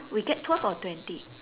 we get twelve or twenty